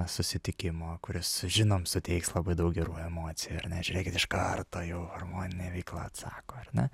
susitikimo kuris žinom suteiks labai daug gerų emocijų ar ne žiūrėkit iš karto jau hormoninė veikla atsako ar ne